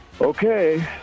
Okay